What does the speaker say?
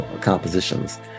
compositions